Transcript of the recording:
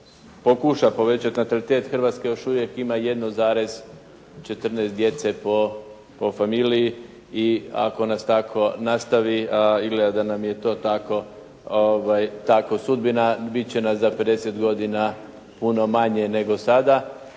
pokuša povećati natalitet Hrvatske, još uvijek ima 1,14 djece po familiji i ako nas tako nastavi, izgleda da nam je to tako sudbina, biti će nas za 50 godina puno manje nego sada,